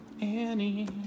annie